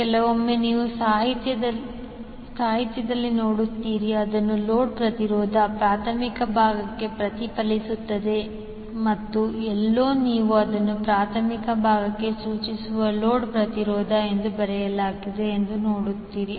ಕೆಲವೊಮ್ಮೆ ನೀವು ಸಾಹಿತ್ಯದಲ್ಲಿ ನೋಡುತ್ತೀರಿ ಅದನ್ನು ಲೋಡ್ ಪ್ರತಿರೋಧವು ಪ್ರಾಥಮಿಕ ಭಾಗಕ್ಕೆ ಪ್ರತಿಫಲಿಸುತ್ತದೆ ಮತ್ತು ಎಲ್ಲೋ ನೀವು ಅದನ್ನು ಪ್ರಾಥಮಿಕ ಭಾಗಕ್ಕೆ ಸೂಚಿಸುವ ಲೋಡ್ ಪ್ರತಿರೋಧ ಎಂದು ಬರೆಯಲಾಗಿದೆ ಎಂದು ನೋಡುತ್ತೀರಿ